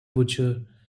butcher